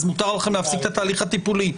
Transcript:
אז מותר לכם להפסיק את התהליך הטיפולי.